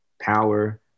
power